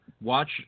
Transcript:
watch